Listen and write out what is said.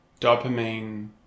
dopamine